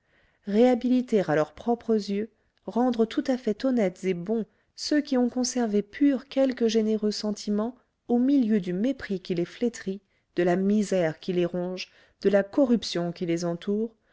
réhabiliter à leurs propres yeux rendre tout à fait honnêtes et bons ceux qui ont conservé purs quelques généreux sentiments au milieu du mépris qui les flétrit de la misère qui les ronge de la corruption qui les entoure